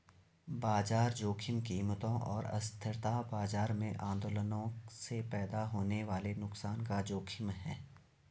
बाजार जोखिम कीमतों और अस्थिरता बाजार में आंदोलनों से पैदा होने वाले नुकसान का जोखिम है